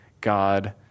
God